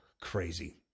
Crazy